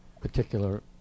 particular